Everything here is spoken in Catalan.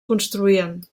construïen